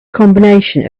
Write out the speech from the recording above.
combination